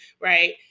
right